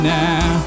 now